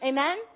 Amen